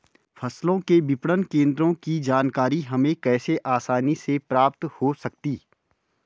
फसलों के विपणन केंद्रों की जानकारी हमें कैसे आसानी से प्राप्त हो सकती?